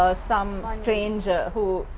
ah some ah stranger, who.